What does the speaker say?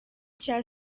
cya